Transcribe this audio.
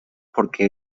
porque